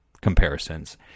comparisons